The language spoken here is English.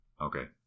Okay